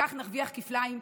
כך נרוויח כפליים,